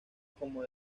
como